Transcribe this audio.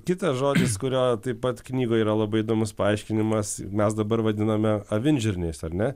kitas žodis kurio taip pat knygoje yra labai įdomus paaiškinimas mes dabar vadiname avinžirniais ar ne